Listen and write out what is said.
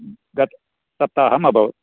गत सप्ताहं अभवत्